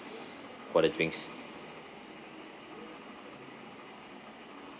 for the drinks